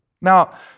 Now